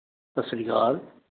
ਸਤਿ ਸ਼੍ਰੀ ਅਕਾਲ